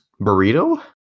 Burrito